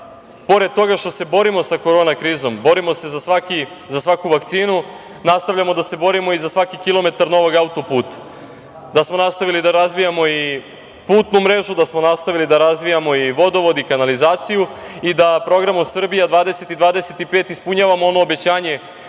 pored toga što se borimo sa korona krizom, borimo se za svaku vakcinu, nastavljamo da se borimo i za svaki kilometar novog autoputa, da smo nastavili da razvijamo i putnu mrežu, da smo nastavili da razvijamo i vodovod i kanalizaciju i da Programom Srbija 2025 ispunjavamo ono obećanje